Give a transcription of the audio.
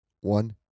one